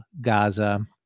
Gaza